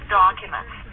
documents